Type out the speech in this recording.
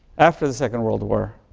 after the second world war,